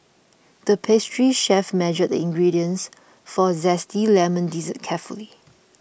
the pastry chef measured the ingredients for a Zesty Lemon Dessert carefully